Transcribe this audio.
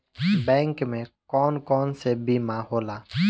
Bank में कौन कौन से बीमा होला?